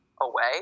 away